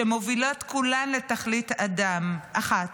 שמובילות כולן לתכלית אחת: